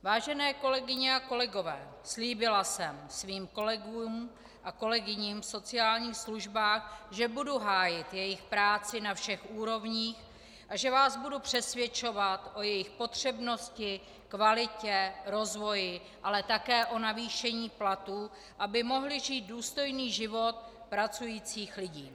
Vážené kolegyně a kolegové, slíbila jsem svým kolegům a kolegyním v sociálních službách, že budu hájit jejich práci na všech úrovních a že vás budu přesvědčovat o jejich potřebnosti, kvalitě, rozvoji, ale také o navýšení platů, aby mohli žít důstojný život pracujících lidí.